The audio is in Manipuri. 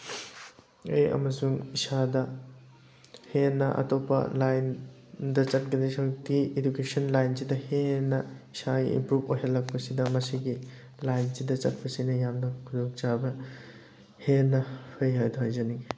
ꯑꯩ ꯑꯃꯁꯨꯡ ꯏꯁꯥꯗ ꯍꯦꯟꯅ ꯑꯇꯣꯞꯄ ꯂꯥꯏꯟꯗ ꯆꯠꯀꯗꯧ ꯁꯔꯨꯛꯇꯤ ꯏꯗꯨꯀꯦꯁꯟ ꯂꯥꯏꯟꯁꯤꯗ ꯍꯦꯟꯅ ꯏꯁꯥꯒꯤ ꯏꯝꯄ꯭ꯔꯨꯞ ꯑꯣꯏꯍꯜꯂꯛꯄꯁꯤꯗ ꯃꯁꯤꯒꯤ ꯂꯥꯏꯟꯁꯤꯗ ꯆꯠꯄꯁꯤꯅ ꯌꯥꯝꯅ ꯈꯨꯗꯣꯡꯆꯥꯕ ꯍꯦꯟꯅ ꯐꯩ ꯍꯥꯏꯗꯣ ꯍꯥꯏꯖꯅꯤꯡꯉꯤ